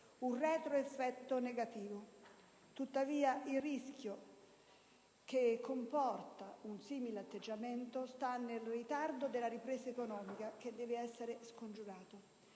un retroeffetto negativo. Tuttavia, il rischio che comporta un simile atteggiamento sta nel ritardo della ripresa economica, che deve essere scongiurato.